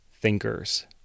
thinkers